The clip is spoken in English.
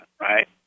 right